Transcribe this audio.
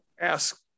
Ask